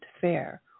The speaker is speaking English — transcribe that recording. fair